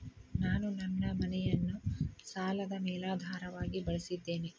ನಾನು ನನ್ನ ಮನೆಯನ್ನು ಸಾಲದ ಮೇಲಾಧಾರವಾಗಿ ಬಳಸಿದ್ದೇನೆ